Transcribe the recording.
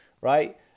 right